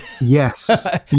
Yes